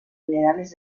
minerales